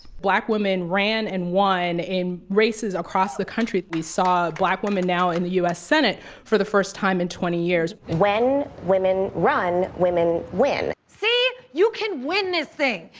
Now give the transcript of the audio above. black women ran and won in races across the country. we saw black women now in the u s. senate for the first time in twenty years. when women run, women win. see, you can win this thing.